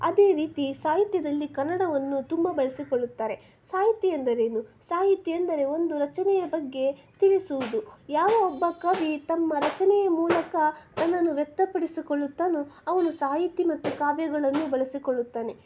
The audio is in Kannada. ಅದೇ ರೀತಿ ಸಾಹಿತ್ಯದಲ್ಲಿ ಕನ್ನಡವನ್ನು ತುಂಬ ಬಳಸಿಕೊಳ್ಳುತ್ತಾರೆ ಸಾಹಿತ್ಯ ಎಂದರೇನು ಸಾಹಿತ್ಯ ಎಂದರೆ ಒಂದು ರಚನೆಯ ಬಗ್ಗೆ ತಿಳಿಸುವುದು ಯಾವ ಒಬ್ಬ ಕವಿ ತಮ್ಮ ರಚನೆಯ ಮೂಲಕ ತನ್ನನ್ನು ವ್ಯಕ್ತಪಡಿಸಿಕೊಳ್ಳುತ್ತಾನೋ ಅವನು ಸಾಹಿತ್ಯ ಮತ್ತು ಕಾವ್ಯಗಳನ್ನು ಬಳಸಿಕೊಳ್ಳುತ್ತಾನೆ